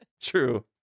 true